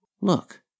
look